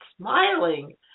smiling